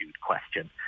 question